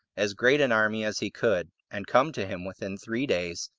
as great an army as he could, and come to him within three days,